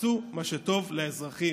שיעשו מה שטוב לאזרחים.